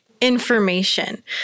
information